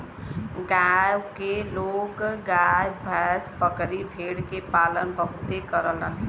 गांव के लोग गाय भैस, बकरी भेड़ के पालन बहुते करलन